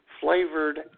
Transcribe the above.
Flavored